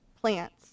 plants